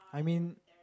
I mean